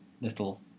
little